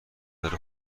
داره